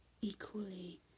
equally